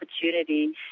opportunity